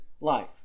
life